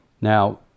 now